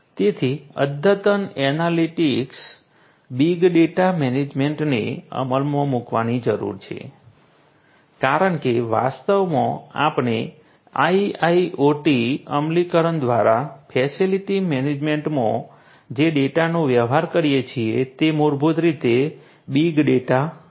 તેથી અદ્યતન analytics big data મેનેજમેન્ટને અમલમાં મૂકવાની જરૂર છે કારણ કે વાસ્તવમાં આપણે આઇઆઇઓટી અમલીકરણ દ્વારા ફેસિલિટી મેનેજમેન્ટમાં જે ડેટાનો વ્યવહાર કરીએ છીએ તે મૂળભૂત રીતે બિગ ડેટા છે